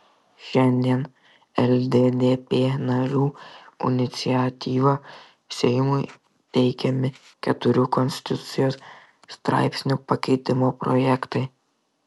šiandien lddp narių iniciatyva seimui teikiami keturių konstitucijos straipsnių pakeitimo projektai